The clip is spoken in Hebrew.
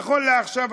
נכון לעכשיו,